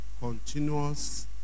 continuous